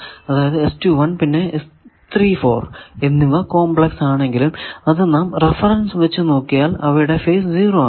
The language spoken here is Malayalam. അതായത് പിന്നെ എന്നിവ കോംപ്ലക്സ് ആണെങ്കിലും അത് നാം റഫറൻസ് വച്ച് നോക്കിയാൽ അവയുടെ ഫേസ് 0 ആണ്